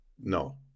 No